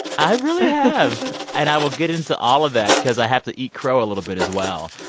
i really have. and i will get into all of that because i have to eat crow a little bit, as well.